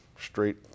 straight